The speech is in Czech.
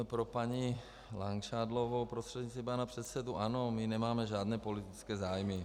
Pro paní Langšádlovou prostřednictvím pana předsedy ano, my nemáme žádné politické zájmy.